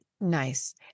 Nice